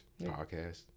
podcast